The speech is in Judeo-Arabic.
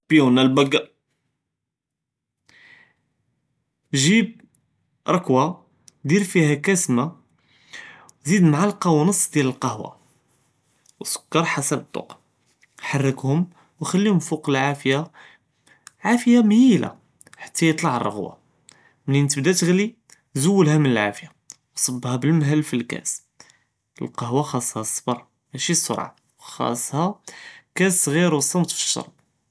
ג׳יבּ רקוה، דיר פיהא כאס מא، זיד מעַלְק וְנֻס דיאל לקהוה، וסכּר חסב דוק، חרְכּהום וכלִיהום פוק לעאפיה، עאטפיה מהילה חְתא יטלע רע׳וָה، מנין תְבּדָא תגְלי זולְהא מן לעאפיה، צֻבּהא בלמהל פלאכאֶס، לקהוה חאצְהא צַבְּר، משי סרְעָה، חאצְהא כאס סְעְ׳יר וצוּת פשְג׳ר.